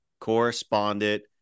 correspondent